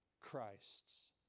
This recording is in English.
christ's